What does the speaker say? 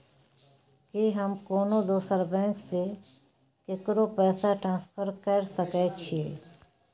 की हम कोनो दोसर बैंक से केकरो पैसा ट्रांसफर कैर सकय छियै?